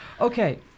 Okay